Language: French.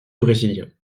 brésilien